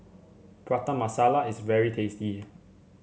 Prata Masala is very tasty